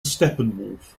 steppenwolf